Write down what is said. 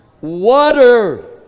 Water